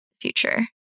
future